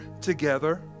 together